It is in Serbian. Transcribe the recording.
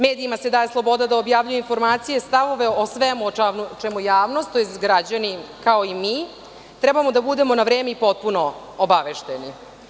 Medijima se daje sloboda da objavljuju informacije i stavove o svemu o čemu javnost, tj. građanin, kao i mi treba da budemo na vreme i potpuno obavešteni.